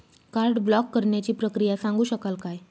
Card block करण्याची प्रक्रिया सांगू शकाल काय?